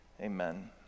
amen